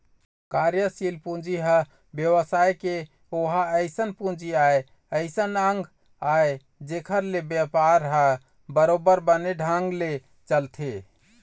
कार्यसील पूंजी ह बेवसाय के ओहा अइसन पूंजी आय अइसन अंग आय जेखर ले बेपार ह बरोबर बने ढंग ले चलथे